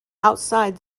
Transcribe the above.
outside